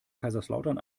kaiserslautern